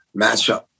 matchup